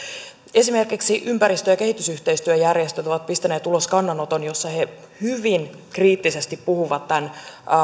esimerkiksi ympäristö ja kehitysyhteistyöjärjestöt ovat pistäneet ulos kannanoton jossa he hyvin kriittisesti puhuvat tämän